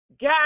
got